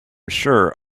sure